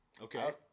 Okay